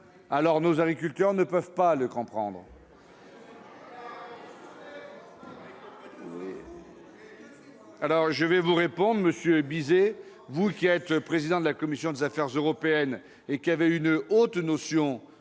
odeurs, nos agriculteurs ne peuvent pas le comprendre. Mais que faites-vous ? Monsieur Bizet, vous qui êtes président de la commission des affaires européennes et qui avez une haute